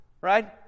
right